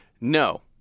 No